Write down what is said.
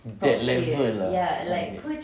that level lah